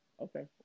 Okay